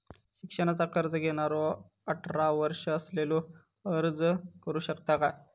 शिक्षणाचा कर्ज घेणारो अठरा वर्ष असलेलो अर्ज करू शकता काय?